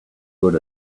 good